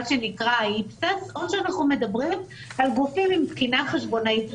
שנקרא --- או שאנחנו מדברים על גופים עם תקינה חשבונאית רגילה.